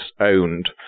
owned